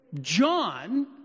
John